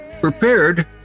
prepared